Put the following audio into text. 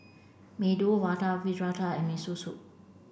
Medu Vada Fritada and Miso Soup